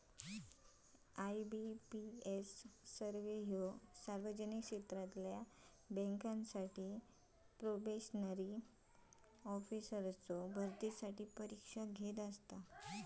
IBPS सर्वो सार्वजनिक क्षेत्रातला बँकांसाठी प्रोबेशनरी ऑफिसर्सचो भरतीसाठी परीक्षा घेता